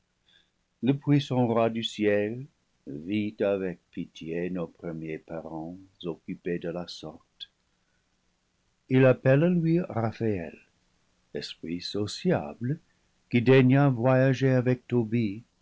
le puissant roi du ciel vit avec pitié nos premiers parents occupés de la sorte il appelle à lui raphaël esprit sociable qui daigna voyager avec tobie